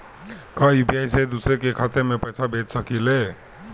का यू.पी.आई से दूसरे के खाते में पैसा भेज सकी ले?